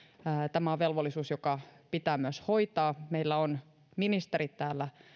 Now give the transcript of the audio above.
tämä on velvollisuus joka pitää myös hoitaa meillä ovat ministerit täällä